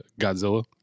Godzilla